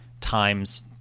times